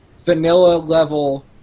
vanilla-level